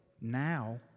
Now